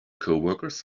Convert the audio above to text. coworkers